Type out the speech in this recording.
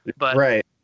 Right